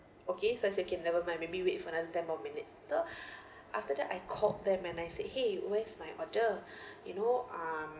okay so I say okay never mind maybe wait for another ten more minutes so after that I called them and I said !hey! where's my order you know um